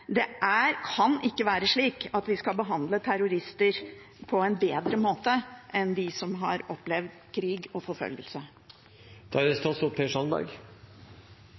er. Det kan ikke være slik at vi skal behandle terrorister på en bedre måte enn dem som har opplevd krig og forfølgelse. Jeg hører en rekke representanter som snakker om trygghet og frykt. Det